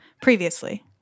Previously